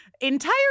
entire